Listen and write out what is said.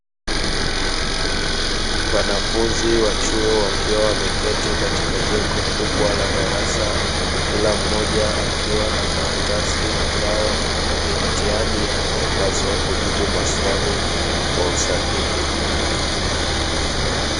Wanafunzi wa chuo wakiwa wameketi katika jengo kubwa la darasa kila mmoja akiwa na karatasi ambayo ni mtihani anayepaswa kujibu maswali kwa usahihi.